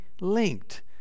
linked